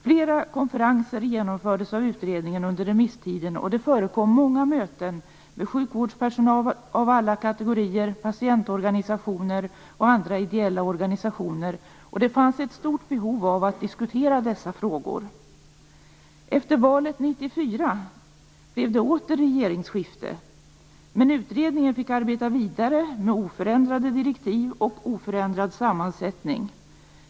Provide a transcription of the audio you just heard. Flera konferenser genomfördes av utredningen under remisstiden, och det förekom många möten med sjukvårdspersonal av alla kategorier, patientorganisationer och andra ideella organisationer. Det fanns ett stort behov av att diskutera dessa frågor. Efter valet 1994 blev det åter regeringsskifte, men utredningen fick arbeta vidare med oförändrade direktiv och oförändrad sammansättning.